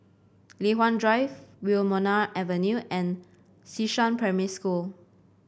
Li Hwan Drive Wilmonar Avenue and Xishan Primary School